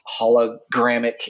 hologramic